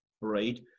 right